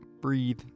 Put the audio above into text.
breathe